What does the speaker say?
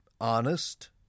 honest